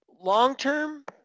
long-term